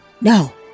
No